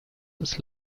his